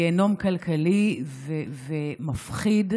גיהינום כלכלי ומפחיד,